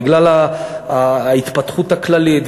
בגלל ההתפתחות הכללית,